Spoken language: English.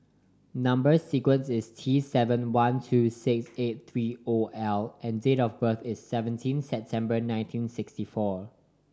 number sequence is T seven one two six eight three O L and date of birth is seventeen September nineteen sixty four